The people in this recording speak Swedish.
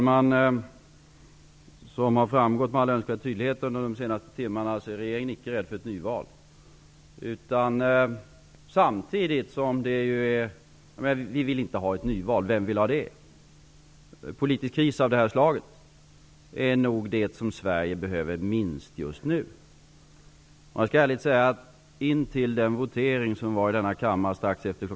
Fru talman! Som det med all önskvärd tydlighet har framgått under de senaste timmarna är inte regeringen rädd för ett nyval. Vi vill inte ha ett nyval, vem vill ha det? En politisk kris av det här slaget är nog det som Sverige just nu minst behöver. Jag skall ärligt säga att in till den votering som var här i kammaren strax efter kl.